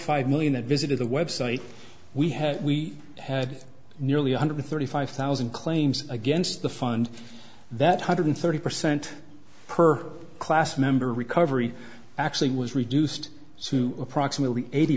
five million that visited the website we had we had nearly one hundred thirty five thousand claims against the fund that hundred thirty percent per class member recovery actually was reduced to approximately eighty